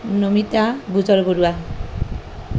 Namita Bujarbarua